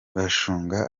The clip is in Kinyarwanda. bashunga